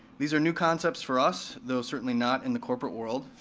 these are new concepts for us, though certainly not in the corporate world.